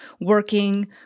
working